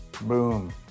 Boom